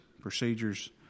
procedures